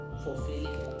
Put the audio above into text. fulfilling